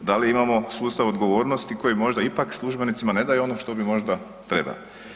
Da li imamo sustav odgovornosti koji možda ipak službenicima ne daje ono što bi možda trebao.